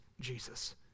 Jesus